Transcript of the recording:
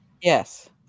yes